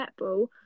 netball